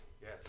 Yes